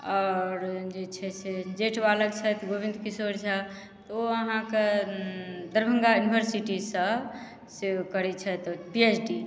आओर जे छै से जेठ बालक छथि गोविन्द किशोर झा ओ अहाँकेँ दरभङ्गा युनिवर्सिटीसँ से करैत छथि पी एच डी